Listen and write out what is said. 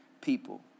people